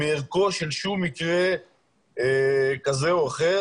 מערכו של שום מקרה כזה או אחר